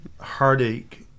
heartache